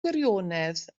gwirionedd